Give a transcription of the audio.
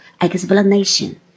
explanation